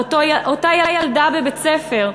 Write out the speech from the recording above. ואותה ילדה בבית-ספר,